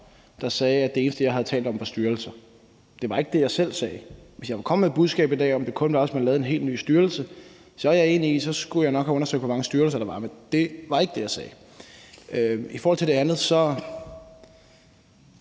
sagde, at det eneste, jeg havde talt om, var styrelser. Det var ikke det, jeg selv sagde. Hvis jeg var kommet med et budskab i dag om, at det kun gjaldt, hvis man lavede en ny helt ny styrelse, så er jeg enig i, at jeg nok skulle have undersøgt, hvor mange styrelser der var. Men det var ikke det, jeg sagde. I forhold til det andet synes